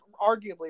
arguably